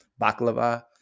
baklava